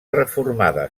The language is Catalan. reformada